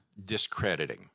discrediting